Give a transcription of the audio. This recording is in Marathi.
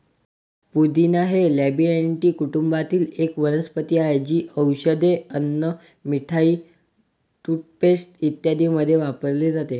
पुदिना हे लॅबिएटी कुटुंबातील एक वनस्पती आहे, जी औषधे, अन्न, मिठाई, टूथपेस्ट इत्यादींमध्ये वापरली जाते